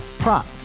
prop